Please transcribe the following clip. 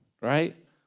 right